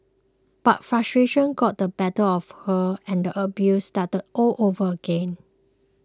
but frustration got the better of her and the abuse started all over again